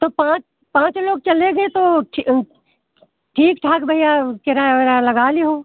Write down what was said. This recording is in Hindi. तो पाँच पाँच लोग चलेंगे तो ठीक ठाक भैया वो किराया विराया लगाए लिहो